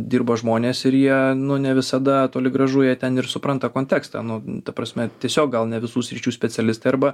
dirba žmonės ir jie nu ne visada toli gražu jie ten ir supranta kontekstą nu ta prasme tiesiog gal ne visų sričių specialistai arba